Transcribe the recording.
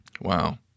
Wow